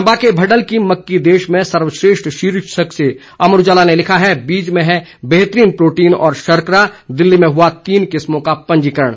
चंबा के भडल की मक्की देश में सर्वश्रेष्ठ शीर्षक से अमर उजाला ने लिखा है बीज में है बेहतरीन प्रोटीन और शर्करा दिल्ली में हुआ तीन किस्मों का पंजीकरण